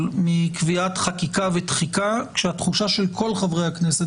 מקביעת חקיקה ותחיקה כשהתחושה של כל חברי הכנסת,